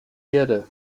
erde